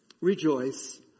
Rejoice